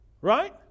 Right